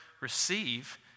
receive